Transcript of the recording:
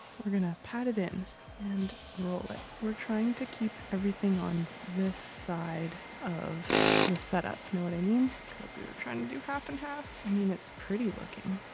we're gonna pat it in and roll it. we're trying to keep everything on this side of the setup, know what i mean? because we were trying to do half and half. i mean it's pretty looking.